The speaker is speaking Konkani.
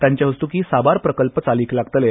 तांच्या हस्त्की साबार प्रकल्प चालीक लागतले